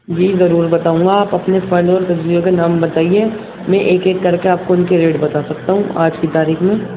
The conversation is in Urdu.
جی ضرور بتاؤں گا آپ اپنے پھل اور سبزیوں کے نام بتائیے میں ایک ایک کر کے آپ کو ان کے ریٹ بتا سکتا ہوں آج کی تاریخ میں